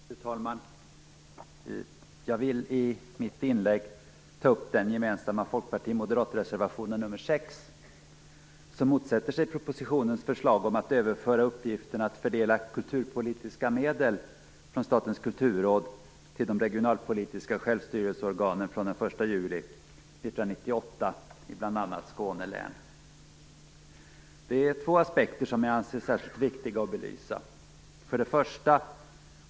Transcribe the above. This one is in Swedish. Fru talman! Jag vill i mitt inlägg ta upp den gemensamma folkparti och moderatreservationen nr 6, där vi motsätter oss propositionens förslag om att överföra uppgiften att fördela kulturpolitiska medel från statens kulturråd till de regionalpolitiska självstyrelseorganen från den 1 juli 1998 i bl.a. Skåne län. Det är två aspekter som jag anser särskilt viktiga att belysa.